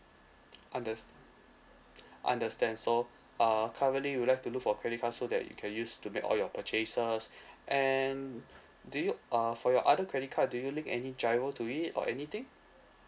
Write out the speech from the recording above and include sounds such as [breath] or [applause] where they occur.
understand understand so uh currently you would like to look for a credit card so that you can use to make all your purchases [breath] and do you uh for your other credit card do you link any GIRO to it or anything